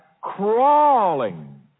crawling